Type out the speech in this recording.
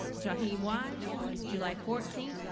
jackie wise july fourteenth,